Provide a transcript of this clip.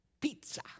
pizza